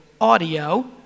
audio